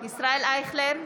ישראל אייכלר,